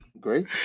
great